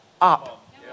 up